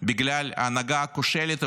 בגלל ההנהגה הכושלת,